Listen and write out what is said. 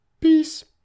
peace